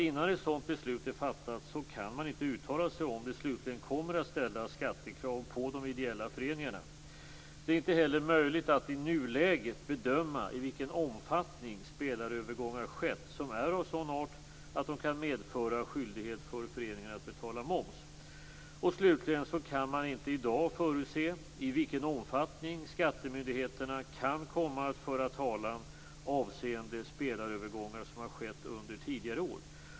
Innan ett sådant beslut är fattat kan man inte uttala sig om huruvida det slutligen kommer att ställas skattekrav på de ideella föreningarna. Det är inte heller möjligt att i nuläget bedöma i vilken omfattning spelarövergångar skett som är av sådan art att de kan medföra skyldighet för föreningen att betala moms. Slutligen kan man inte i dag förutse i vilken omfattning skattemyndigheterna kan komma att föra talan avseende spelarövergångar som har skett under tidigare år.